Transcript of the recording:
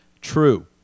True